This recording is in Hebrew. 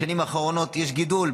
בשנים האחרונות יש גידול.